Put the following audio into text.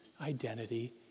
identity